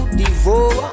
devour